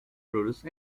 produced